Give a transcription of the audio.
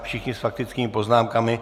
Všichni s faktickými poznámkami.